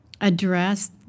address